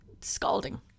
scalding